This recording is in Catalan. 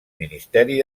ministeri